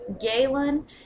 Galen